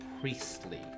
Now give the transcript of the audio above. priestly